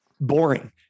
boring